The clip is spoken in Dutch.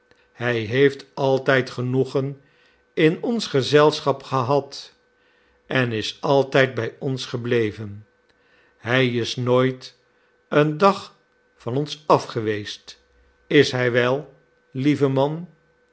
hij heeft altijd genoegen in ons gezelschap gehad en is altijd bij ons gebleven hij is nooit een dag van ons afgeweest is hij wel lieve man